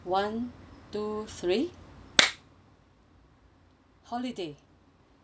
one two three holiday